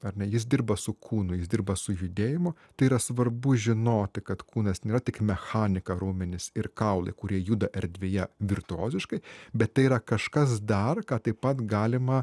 ar ne jis dirba su kūnu jis dirba su judėjimu tai yra svarbu žinoti kad kūnas nėra tik mechanika raumenys ir kaulai kurie juda erdvėje virtuoziškai bet tai yra kažkas dar ką taip pat galima